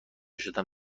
شدم